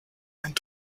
einen